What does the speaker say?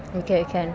okay can